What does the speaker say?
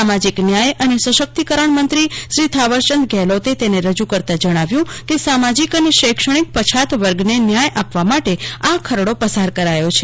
સામાજિક ન્યાય અને સશક્તિકરજ્ઞ મંત્રીશ્રી થાવરચંદ ગેહલોતે તેને રજૂ કરતાં જજ્ઞાવ્યું કે સામાજિક અને શૈક્ષણિક પછાત વર્ગને ન્યાય આપવા માટે આ ખરડો પસાર કરાયો છે